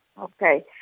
Okay